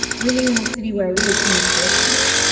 living in a city where i really couldn't afford to live,